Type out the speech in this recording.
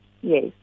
Yes